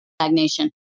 stagnation